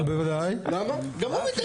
אז